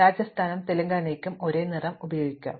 രാജസ്ഥാനിനും തെലങ്കാനയ്ക്കും ഒരേ നിറം ഉപയോഗിക്കുക